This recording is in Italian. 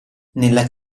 nella